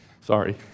Sorry